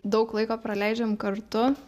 daug laiko praleidžiam kartu